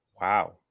Wow